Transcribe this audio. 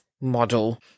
model